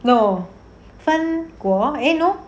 no 三国 eh no